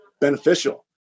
beneficial